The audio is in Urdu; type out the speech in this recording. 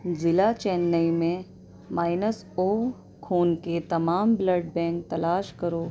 ضلع چینائی میں مائینس او خون کے تمام بلڈ بینک تلاش کرو